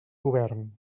govern